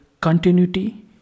continuity